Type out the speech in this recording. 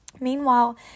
Meanwhile